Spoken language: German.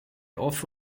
off